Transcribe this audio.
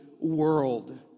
world